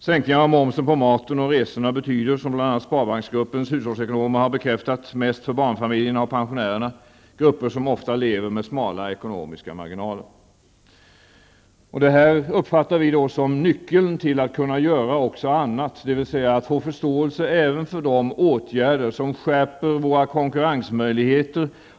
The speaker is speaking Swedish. Sänkningarna av momsen på maten och resorna betyder -- som bl.a. sparbanksgruppens hushållsekonomer har bekräftat -- mest för barnfamiljerna och pensionärerna, grupper som ofta lever med smala ekonomiska marginaler. Detta uppfattar vi som nyckeln till att kunna göra också annat, dvs. att få förståelse även för de åtgärder som skärper våra konkurrensmöjligheter.